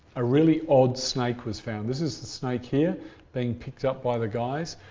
a really odd snake was found. this is the snake here being picked up by the guys.